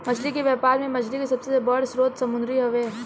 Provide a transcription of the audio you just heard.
मछली के व्यापार में मछली के सबसे बड़ स्रोत समुंद्र हवे